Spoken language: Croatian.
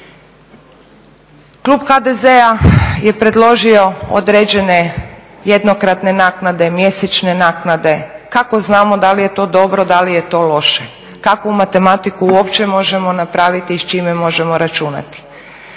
Klub HDZ-a je predložio određene jednokratne naknade, mjesečne naknade. Kako znamo da li je to dobro, da li je to loše, kakvu matematiku uopće možemo napraviti i s čime možemo računati?